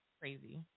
crazy